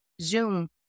Zoom